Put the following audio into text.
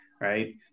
right